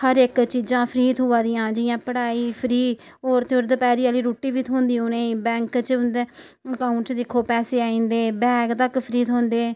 हर इक चीजां फ्री थ्होआ दियां जि'यां पढ़ाई फ्री होर ते होर दपैह्रीं आह्ली रुट्टी बी थ्होंदी उ'नें गी बैंक च उं'दे अकाऊंट च दिक्खो पैसे आई जंदे बैग तक्क फ्री थ्होंदे